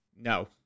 No